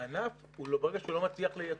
הענף, ברגע שהוא לא מצליח לייצא,